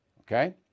Okay